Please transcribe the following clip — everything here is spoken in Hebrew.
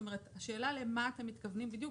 השאלה היא למה אתם בדיוק מתכוונים.